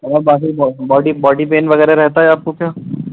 اور باقی body body pain وغیرہ رہتا ہے آپ کو کیا